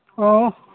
ꯑꯣ